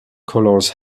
colours